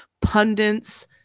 pundits